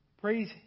Praise